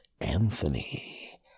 Anthony